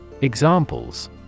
Examples